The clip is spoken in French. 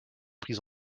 pris